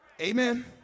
Amen